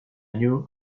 new